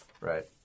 Right